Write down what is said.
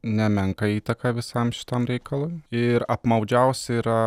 nemenką įtaką visam šitam reikalui ir apmaudžiausia yra